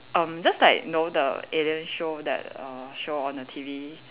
erm just like you know the alien show that err show on the T_V